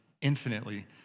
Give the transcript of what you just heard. infinitely